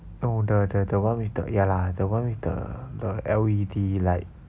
no the the the [one] with the ya lah the [one] with the L_E_D light